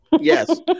Yes